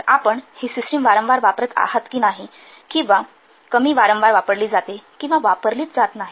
तर आपण ही सिस्टिम वारंवार वापरत आहात की नाही किंवा कमी वारंवार वापरली जाते किंवा वापरलीच जात नाही